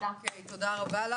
תודה רבה.